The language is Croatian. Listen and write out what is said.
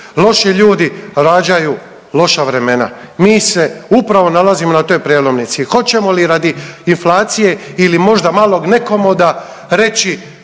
Loši ljudi rađaju loša vremena. Mi se upravo nalazimo na toj prelomnici i hoćemo li radi inflacije ili možda malog … reći